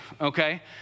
okay